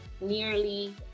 nearly